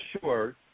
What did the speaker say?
sure